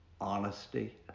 honesty